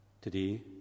today